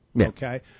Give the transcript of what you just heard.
Okay